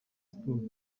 sports